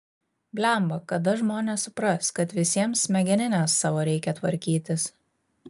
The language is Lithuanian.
blemba kada žmonės supras kad visiems smegenines savo reikia tvarkytis